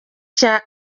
cya